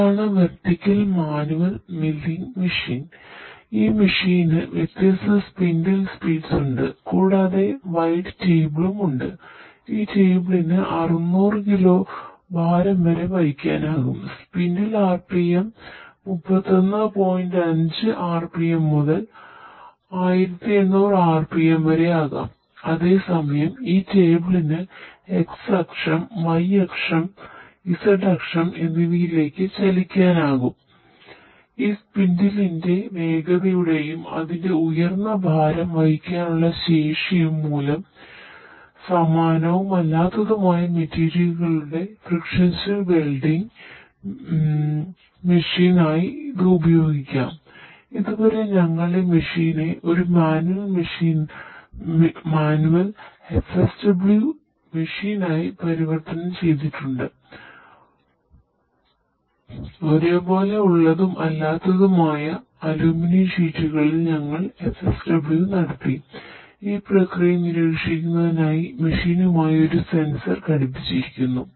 ഇതാണ് vertical manual milling machine ഈ സ്പിൻഡിലിന്റെ ഘടിപ്പിച്ചിരുന്നു